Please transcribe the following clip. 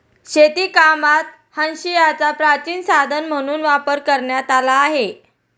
शेतीकामात हांशियाचा प्राचीन साधन म्हणून वापर करण्यात आला आहे